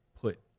put